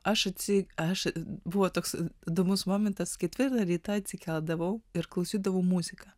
aš aš buvo toks įdomus momentas ketvirtą rytą atsikeldavau ir klausydavau muziką